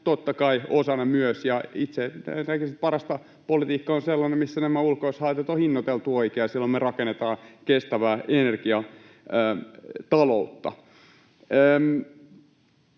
näkisin, että parasta politiikkaa on sellainen, missä nämä ulkoishaitat on hinnoiteltu oikein, ja silloin me rakennetaan kestävää energiataloutta.